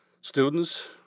students